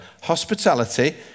Hospitality